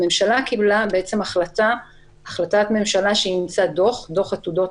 הממשלה קיבלה החלטת ממשלה שאימצה דוח עתודות